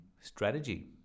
strategy